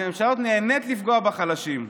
הממשלה הזאת נהנית לפגוע בחלשים.